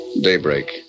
Daybreak